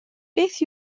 beth